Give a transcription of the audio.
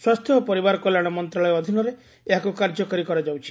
ସ୍ୱାସ୍ଥ୍ୟ ଓ ପରିବାର କଲ୍ୟାଣ ମନ୍ତ୍ରଣାଳୟ ଅଧୀନରେ ଏହାକୁ କାର୍ଯ୍ୟକାରୀ କରାଯାଉଛି